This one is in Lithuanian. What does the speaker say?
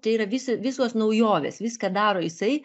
tai yra visa visos naujovės viską daro jisai